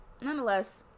nonetheless